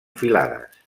filades